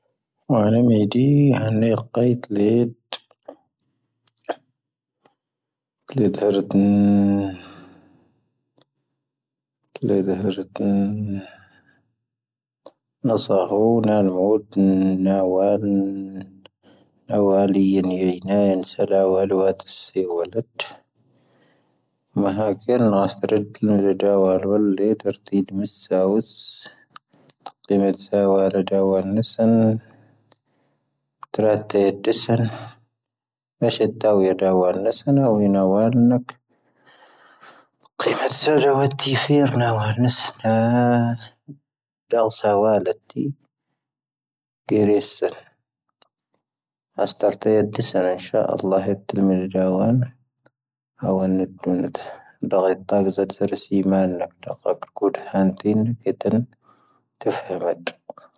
ⵏⴰⵀⵉ ⵎⴰⵉⴷⵉ ⵀⴰⵜ ⵏⵉⵢⴰⵇ ⵉⵜⵉ ⵏⴰⵉ ⵀⵉⵢⴰⵜⴰⵔⵉⵏ ⴷⴻ ⵀⵉⵢⴻ ⵣⴰⵀⴰⵔⴻⵜ ⵏⵉⵉ ⵏⴰⵙⴰⵀoo ⵏⴰ ⵏⴰⵡⵓⵜ ⵏⴰ ⵏⴰⵡⴰⵔⵏⵎ ⵀⵉⵡⴰⵍⵉⵢⴻⵜ ⵏⴰⵀⵉⴰ ⵢⵉ ⵙⴰⵔⵉⵜ ⵀⴰⵡⴰⵍⵉⵢⴰⵏ ⴰⵉⵢⴰⵏⴰⵏⵎ, ⴷⴰⵡⴰⵍⵉ ⵡⴰⵍⵉⴽ ⵡⴰ ⵙⴰⴽ ⵎⴰⵀⴰ ⴽⵉⵏ ⵜⴰⵔ ⵜⵉⴱⵉⵏⴰ ⵙⴰⴽ ⵏⴰⵙⴰⵔⴰⵜ ⵀⴰⵜⵜⴰ ⵜⴰⵙⴻⵔ ⵏⴰⵙⴻⵢⴻ ⵜⴰⵔⵜ ⵏⴰⵙⴰⵎ ⵜⴰⵙⴻⵀ ⵏⴰ ⵀⴰⵡⴰⵍⴽ ⵜⴻⵏ ⴰⵜⵜⴻⵔⵜⵉⵏ ⵙⴰⵔⴼ ⴰⵍⵍⴰⵀ ⵏⴰⵡⴰ ⵜⴰⵔⴻⵜ ⴰⵍⵍⴰⵀ ⵜⴻⴼⴰⵔⵔⴰⵜ.